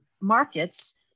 markets